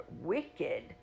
wicked